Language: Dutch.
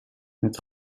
met